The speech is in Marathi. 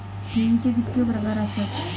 ठेवीचे कितके प्रकार आसत?